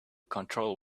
control